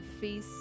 face